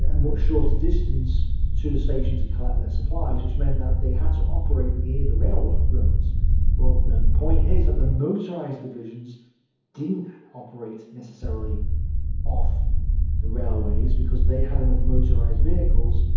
and much shorter distance to the station to collect their supplies, which meant that they had to so operate near the railroads. but the point is that the motorised divisions didn't operate necessarily off the railways, because they had enough motorised vehicles.